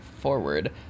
forward